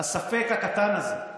הספק הקטן הזה.